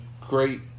great